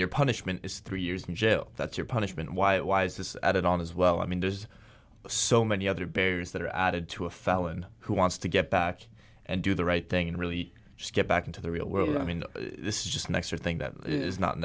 your punishment is three years in jail that's your punishment why why is this added on as well i mean there's so many other barriers that are added to a felon who wants to get back and do the right thing and really step back into the real world i mean this is just an extra thing that is not